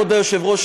אומר יואל משהו